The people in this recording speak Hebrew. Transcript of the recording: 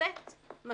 להיפתר מול החקלאים.